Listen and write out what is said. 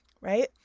Right